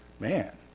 Man